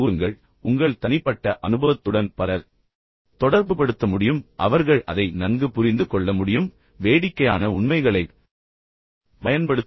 நீங்கள் தொடர்புபடுத்தும் விதம் உங்கள் தனிப்பட்ட அனுபவத்துடன் பலர் தொடர்புபடுத்த முடியும் மேலும் அவர்கள் அதை நன்கு புரிந்து கொள்ள முடியும் வேடிக்கையான உண்மைகளைப் பயன்படுத்தவும்